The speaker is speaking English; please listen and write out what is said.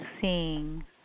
seeing